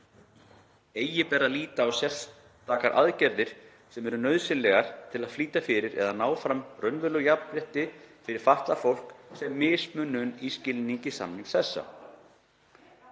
Eigi ber að líta á sértækar aðgerðir, sem eru nauðsynlegar til þess að flýta fyrir eða ná fram raunverulegu jafnrétti fyrir fatlað fólk, sem mismunun í skilningi samnings þessa.“